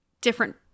different